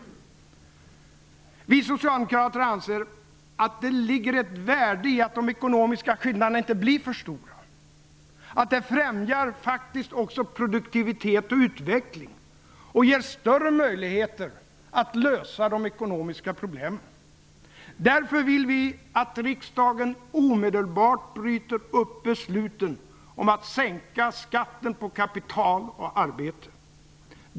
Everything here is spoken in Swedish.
Vi socialdemokrater anser att det ligger ett värde i att de ekonomiska skillnaderna inte blir för stora, att det främjar produktivitet och utveckling och ger större möjligheter att lösa de ekonomiska problemen. Därför vill vi att riksdagen omedelbart bryter upp besluten om att sänka skatten på kapital och aktier.